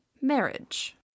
marriage